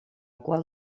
qual